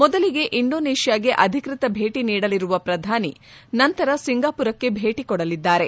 ಮೊದಲಿಗೆ ಇಂಡೊನೇಷ್ಯಾಗೆ ಅಧಿಕೃತ ಭೇಟಿ ನೀಡಲಿರುವ ಪ್ರಧಾನಿ ನಂತರ ಸಿಂಗಾಪುರಕ್ಕೆ ಭೇಟಿ ಕೊಡಲಿದ್ದಾರೆ